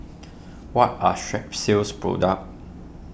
what are Strepsils product